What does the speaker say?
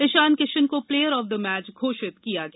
इशान किशन को player of the match घोषित किया गया